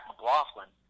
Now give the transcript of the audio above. McLaughlin